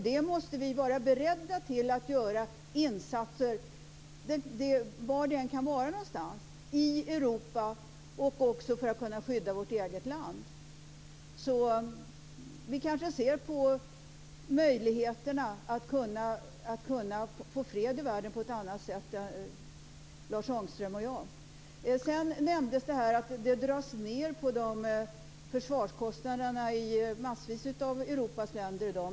Vi måste vara beredda att göra insatser var det än kan vara någonstans - i Europa och för att kunna skydda vårt eget land. Vi kanske ser på möjligheterna att få fred i världen på olika sätt, Lars Ångström och jag. Det nämndes att det dras ned på försvarskostnaderna i massvis av Europas länder i dag.